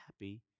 happy